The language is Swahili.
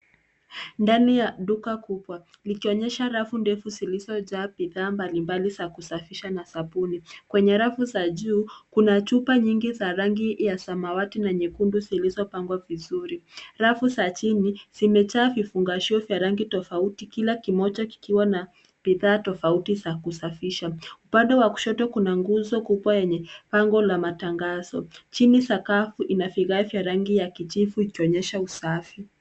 Ndani ya duka kubwa likionyesha rafu ndefu zilizojaa bidhaa mbalimbali za kusafisha na sabuni. Kwenye rafu za juu kuna chupa nyingi za rangi ya samawati na nyekundu zilizopangwa vizuri. Rafu za chini zimejaa vifungashio vya rangi tofauti kila kimoja kikiwa na bidhaa tofauti za kusafisha. Upande wa kushoto kuna nguzo kubwa yenye bango la matangazo. Chini sakafu ina vigae vya rangi ya kijivu ikionyesha usafi.